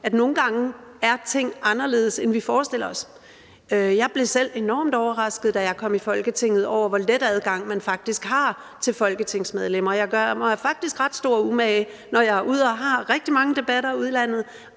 at nogle gange er ting anderledes, end vi forestiller os. Jeg blev selv enormt overrasket, da jeg kom i Folketinget, over, hvor let adgang man faktisk har til folketingsmedlemmer. Jeg gør mig faktisk ret stor umage, når jeg har rigtig mange debatter ude i landet,